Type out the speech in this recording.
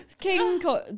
King